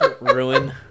Ruin